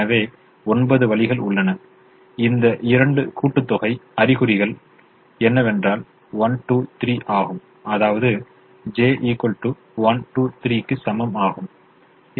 எனவே ஒன்பது வழிகள் உள்ளன இந்த இரண்டு கூட்டுத்தொகை அறிகுறிகள் என்னவென்றால் 1 2 3 ஆகும் அதாவது j 1 2 3 க்கு சமம் ஆகும்